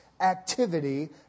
activity